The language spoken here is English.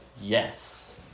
Yes